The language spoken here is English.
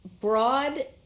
broad